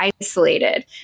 isolated